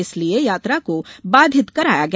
इसलिये यात्रा को बाधित कराया गया